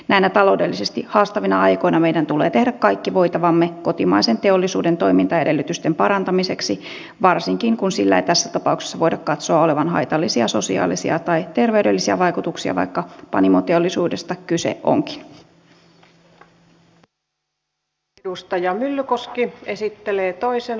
näinä taloudellisesti haastavina aikoina meidän tulee tehdä kaikki voitavamme kotimaisen teollisuuden toimintaedellytysten parantamiseksi varsinkin kun sillä ei tässä tapauksessa voida katsoa olevan haitallisia sosiaalisia tai terveydellisiä vaikutuksia vaikka panimoteollisuudesta kyse onkin